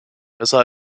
besser